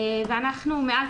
מאז,